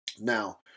now